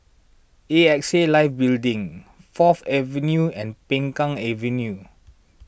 A X A Life Building Fourth Avenue and Peng Kang Avenue